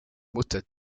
mutter